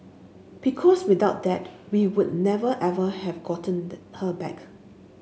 because without that we would never ever have gotten the her back